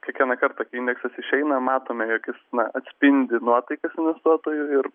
kiekvieną kartą kai indeksas išeina matome jog jis na atspindi nuotaikas investuotojų ir